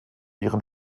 ihren